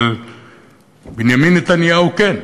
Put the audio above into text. אבל בנימין נתניהו כן,